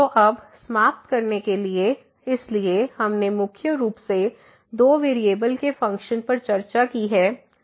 तो अब समाप्त करने के लिए इसलिए हमने मुख्य रूप से दो वेरिएबल के फ़ंक्शन पर चर्चा की है Zfx y